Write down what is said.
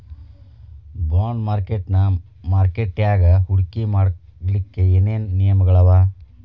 Bond ಮಾರ್ಕೆಟಿನ್ ಮಾರ್ಕಟ್ಯಾಗ ಹೂಡ್ಕಿ ಮಾಡ್ಲೊಕ್ಕೆ ಏನೇನ್ ನಿಯಮಗಳವ?